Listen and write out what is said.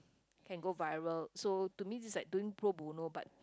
can go viral so to me is like doing pro bono but